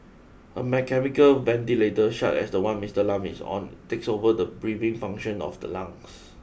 a mechanical ventilator such as the one Mister Lam is on takes over the breathing function of the lungs